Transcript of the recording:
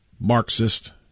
Marxist